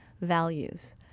values